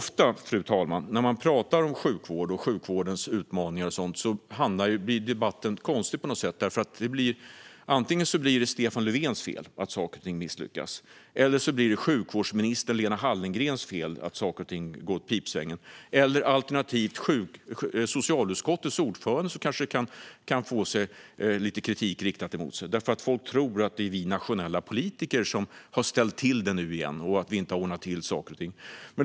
Fru talman! Ofta när man talar om sjukvården och sjukvårdens utmaningar blir debatten konstig på något sätt. Antingen blir det Stefan Löfvens fel att saker och ting misslyckas, eller så blir det sjukvårdsminister Lena Hallengrens fel att saker och ting går åt pipsvängen, alternativt kan socialutskottets ordförande få lite kritik riktad mot sig, därför att folk tror att det är vi nationella politiker som har ställt till det nu igen och inte har ordnat till saker och ting.